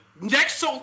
Next